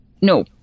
No